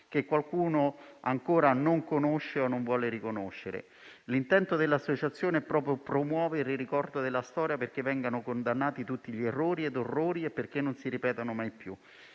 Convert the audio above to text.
che qualcuno ancora non conosce o non vuole riconoscere. L'intento dell'associazione è proprio promuovere il ricordo della storia, perché vengano condannati tutti gli errori e orrori e perché non si ripetano mai più.